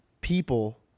people